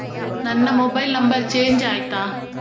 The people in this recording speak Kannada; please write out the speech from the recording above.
ನನ್ನ ಮೊಬೈಲ್ ನಂಬರ್ ಚೇಂಜ್ ಆಯ್ತಾ?